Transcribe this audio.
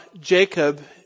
Jacob